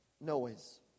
noise